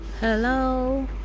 Hello